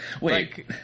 Wait